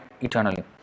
eternally